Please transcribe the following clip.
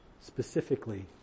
specifically